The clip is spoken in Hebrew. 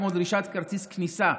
כמו דרישת כרטיס כניסה,